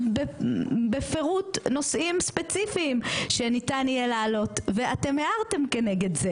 בפירוט נושאים ספציפיים שניתן יהיה להעלות ואתם הערתם כנגד זה